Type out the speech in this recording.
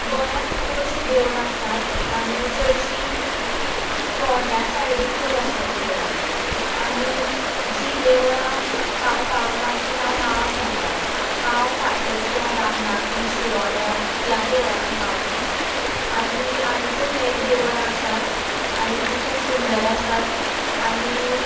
गोंयांत खूब अशी देवळां आसात आनी चडशीं फोंड्यां सायडीक चड आसात देवळां आनी जीं देवळां हांव पावलां ती हांव नांवा सांगता हांव फातर्प्यां रामनाथी शिरोड्यां ह्या देवळांनी पावलां आनी आनीकय हेर देवळां आसात ती खूब सूंदर आसात आनी